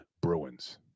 Bruins